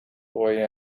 boy